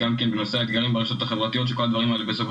גם כן בנושא האתגרים ברשתות החברתיות שכל הדברים הללו בסופו